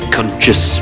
Conscious